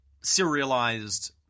serialized